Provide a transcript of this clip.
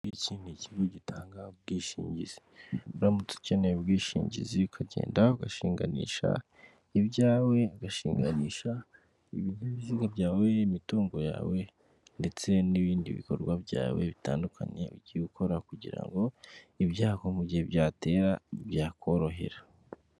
Iki ni ikigo gitanga ubwishingizi uramutse ukeneye ubwishingizi ukagenda ugashinganisha ibyawe, ugashinganisha ibinyabiziga byawe, imitungo yawe ndetse n'ibindi bikorwa byawe bitandukanye ugiye gukora kugira ngo ibyago mu gihe byatera byakorohera.